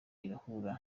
irahura